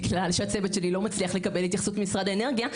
בגלל שהצוות שלי לא מצליח לקבל התייחסות ממשרד האנרגיה,